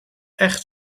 echt